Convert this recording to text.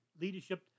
leadership